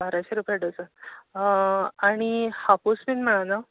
बाराशी रुपया डजन अं आनी हापूस बीन मेळना